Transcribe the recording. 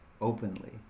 openly